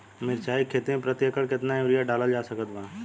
मिरचाई के खेती मे प्रति एकड़ केतना यूरिया डालल जा सकत बा?